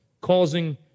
causing